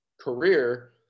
career